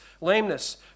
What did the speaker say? lameness